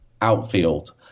outfield